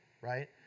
right